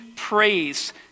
Praise